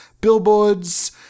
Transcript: billboards